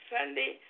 Sunday